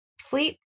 sleep